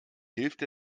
hilft